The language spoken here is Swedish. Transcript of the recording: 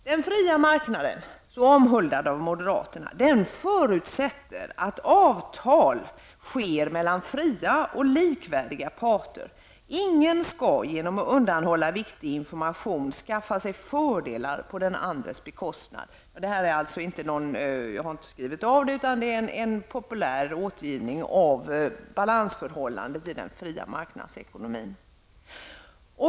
Den fria marknaden, så omhuldad av moderaterna, förutsätter att avtal träffas mellan fria och likvärdiga parter. Ingen skall genom att undanhålla viktig information skaffa sig fördelar på någon annans bekostnad. Detta är inte någon nedtecknad beskrivning utan en populär återgivning av balansförhållandet i den fria marknadsekonomin.